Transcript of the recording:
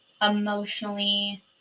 emotionally